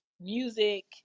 music